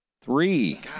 Three